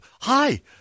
Hi